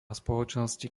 spoločnosti